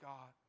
God